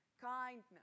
Kindness